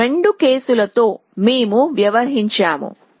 ఈ రెండు కేసులతో మేము వ్యవహరించాము